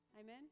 Amen